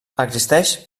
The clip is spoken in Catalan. existeix